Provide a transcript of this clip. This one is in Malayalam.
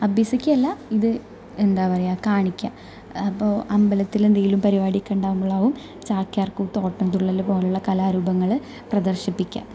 അഭ്യസിക്കുകയല്ല ഇത് എന്താ പറയുക കാണിക്കുക അപ്പോൾ അമ്പലത്തിലെന്തെങ്കിലും പരിപാടിയൊക്കെ ഉണ്ടാകുമ്പോളാകും ചാക്യാര്കൂത്ത് ഓട്ടന്തുള്ളല് പോലെയുള്ള കലാരൂപങ്ങള് പ്രദര്ശിപ്പിക്കുക